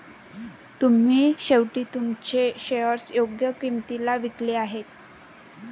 तुम्ही शेवटी तुमचे शेअर्स योग्य किंमतीला विकले आहेत